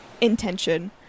intention